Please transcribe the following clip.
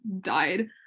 died